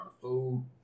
food